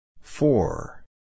Four